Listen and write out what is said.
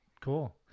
Cool